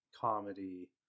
comedy